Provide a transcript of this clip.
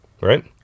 Right